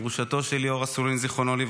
גרושתו של ליאור אסולין ז"ל,